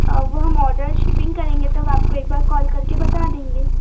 वह हम order shipping करेंगे तब आपको एक कॉल करके बता देंगे